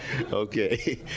Okay